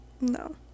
No